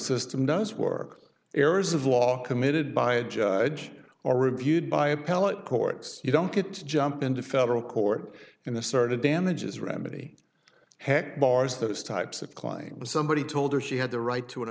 system does work errors of law committed by a judge or reviewed by appellate courts you don't get to jump into federal court and the sort of damages remedy heck barres those types of client was somebody told her she had the right to an